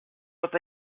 with